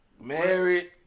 Married